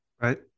Right